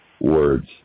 words